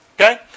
Okay